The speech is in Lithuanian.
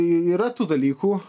yra tų dalykų